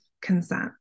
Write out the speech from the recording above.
consent